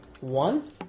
One